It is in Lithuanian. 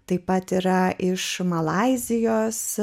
taip pat yra iš malaizijos